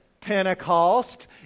Pentecost